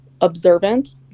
observant